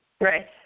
right